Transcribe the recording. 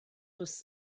was